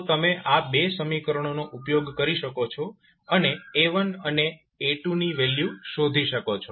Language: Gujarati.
તો તમે આ બે સમીકરણોનો ઉપયોગ કરી શકો છો અને A1 અને A2 ની વેલ્યુ શોધી શકો છો